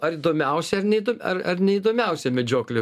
ar įdomiausia ar neįdom ar ar neįdomiausia medžioklė